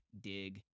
dig